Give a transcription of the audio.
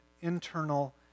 internal